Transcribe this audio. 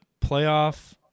playoff